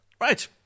Right